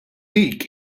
dik